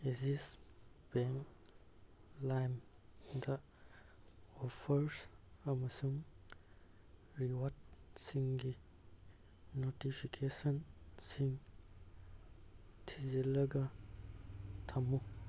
Axis bank ꯂꯥꯏꯝꯗ offers ꯑꯃꯁꯨꯡ ꯔꯤꯋꯥꯔꯗꯁꯤꯡꯒꯤ ꯅꯣꯇꯤꯐꯤꯀꯦꯁꯟꯁꯤꯡ ꯊꯤꯖꯤꯜꯂꯒ ꯊꯝꯃꯨ